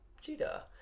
Cheetah